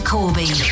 Corby